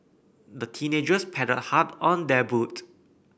the teenagers paddled hard on their boat